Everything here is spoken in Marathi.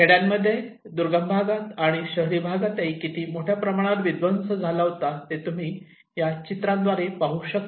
खेड्यांमध्ये दुर्गम भागात आणि शहरी भागातही किती मोठ्या प्रमाणावर विध्वंस झाला होता ते तुम्ही या चित्रांद्वारे पाहू शकता